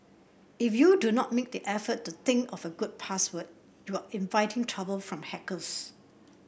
if you do not make the effort to think of a good password you are inviting trouble from hackers